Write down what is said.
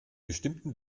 bestimmten